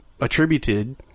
attributed